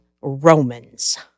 Romans